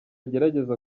agerageze